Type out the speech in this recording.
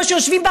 שיושבים פה,